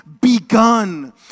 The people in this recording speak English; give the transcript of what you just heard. begun